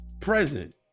present